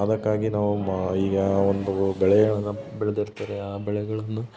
ಅದಕ್ಕಾಗಿ ನಾವು ಮಾ ಈಗ ಒಂದು ಬೆಳೆಗಳನ್ನ ಬೆಳ್ದಿರ್ತಾರೆ ಆ ಬೆಳೆಗಳನ್ನ